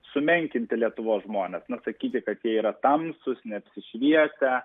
sumenkinti lietuvos žmones nu sakyti kad jie yra tamsūs neapsišvietę